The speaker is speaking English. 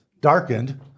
darkened